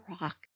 rock